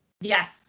Yes